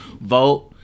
vote